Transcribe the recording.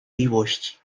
miłości